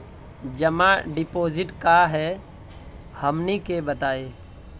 जमा डिपोजिट का हे हमनी के बताई?